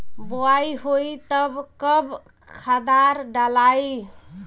बोआई होई तब कब खादार डालाई?